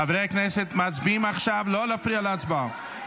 חברי הכנסת, מצביעים עכשיו, לא להפריע להצבעה.